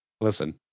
listen